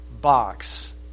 Box